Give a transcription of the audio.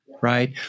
right